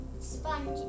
sponge